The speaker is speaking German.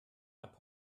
auch